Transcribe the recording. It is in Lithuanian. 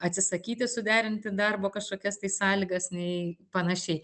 atsisakyti suderinti darbo kažkokias tai sąlygas nei panašiai